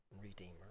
redeemer